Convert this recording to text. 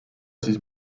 siis